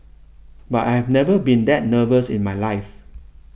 but I've never been that nervous in my life